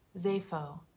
Zapho